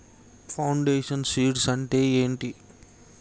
Foundation seeds అంటే ఏంటి?